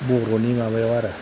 बर'नि माबाया आरो